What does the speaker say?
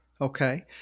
Okay